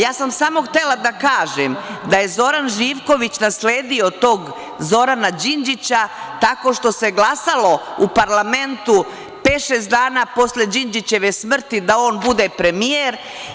Ja sam samo htela da kažem da je Zoran Živković nasledio tog Zorana Đinđića tako što se glasalo u parlamentu pet-šest dana posle Đinđićeve smrti da on bude premijer.